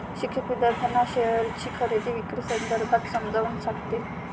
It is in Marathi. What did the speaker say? शिक्षक विद्यार्थ्यांना शेअरची खरेदी विक्री संदर्भात समजावून सांगतील